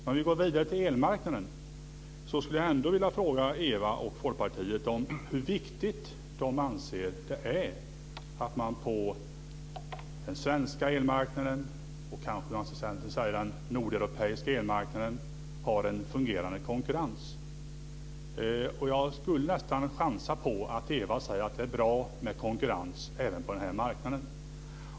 Jag går vidare till elmarknaden och skulle vilja fråga Eva Flyborg och Folkpartiet hur viktigt det anses vara att man på den svenska elmarknaden - ja, kanske på den nordeuropeiska elmarknaden - har en fungerande konkurrens. Jag skulle nog chansa på att Eva Flyborg säger att det är bra med konkurrens även på denna marknad.